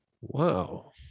Wow